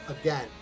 again